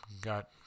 got